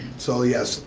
so yes,